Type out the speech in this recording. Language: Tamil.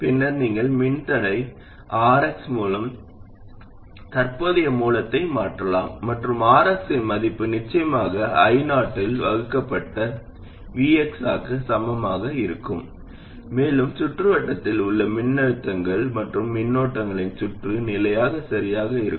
பின்னர் நீங்கள் மின்தடை Rx மூலம் தற்போதைய மூலத்தை மாற்றலாம் மற்றும் Rx இன் மதிப்பு நிச்சயமாக I0 ஆல் வகுக்கப்பட்ட Vx க்கு சமமாக இருக்க வேண்டும் மேலும் சுற்றுவட்டத்தில் உள்ள மின்னழுத்தங்கள் மற்றும் மின்னோட்டங்களின் சுற்று நிலைகள் சரியாக இருக்கும்